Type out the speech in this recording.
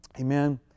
Amen